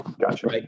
Gotcha